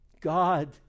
God